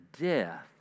death